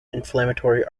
inflammatory